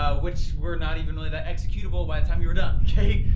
ah which were not even really that executable by the time you were done, okay?